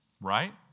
Right